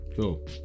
cool